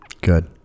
Good